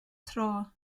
tro